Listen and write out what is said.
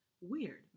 Weird